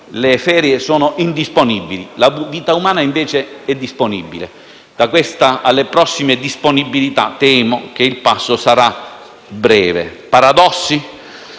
Le ferie sono indisponibili, mentre la vita umana è disponibile. Da questa alle prossime disponibilità temo che il passo sarà breve. Paradosso?